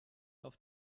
auf